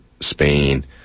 Spain